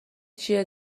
چیه